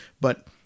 But-